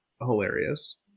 hilarious